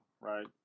right